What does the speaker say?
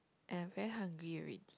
I am very hungry already